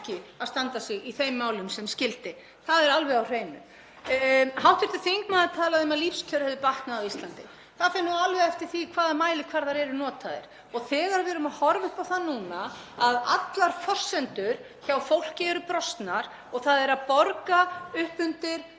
er ríkið ekki að standa sig í þeim málum sem skyldi. Það er alveg á hreinu. Hv. þingmaður talaði um að lífskjör hefðu batnað á Íslandi. Það fer nú alveg eftir því hvaða mælikvarðar eru notaðir. Þegar við erum að horfa upp á það núna að allar forsendur hjá fólki eru brostnar og það er að borga upp undir,